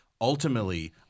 Ultimately